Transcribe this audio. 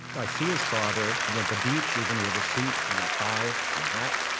i see his father and at the beach, even, with a suit and a tie and a hat,